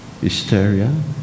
hysteria